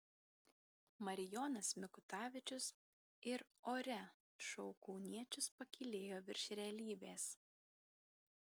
marijonas mikutavičius ir ore šou kauniečius pakylėjo virš realybės